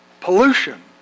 Pollution